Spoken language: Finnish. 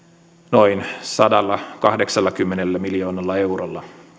noin sadallakahdeksallakymmenellä miljoonalla eurolla